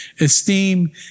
esteem